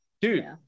Dude